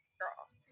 girls